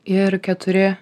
ir keturi